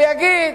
הוא יגיד: